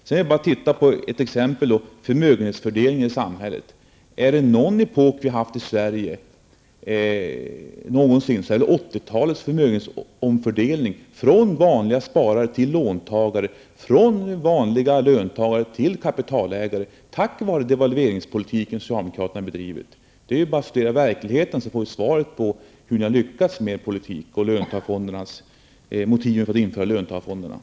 En annan sak gäller förmögenhetsfördelningen i samhället. Under 1980-talet skedde en förmögenhetsomfördelning från vanliga sparare till låntagare, från vanliga löntagare till kapitalägare genom den devalveringspolitik socialdemokraterna förde. Det är bara att studera verkligheten så får vi svaret på hur ni har lyckats med löntagarfondssystemet.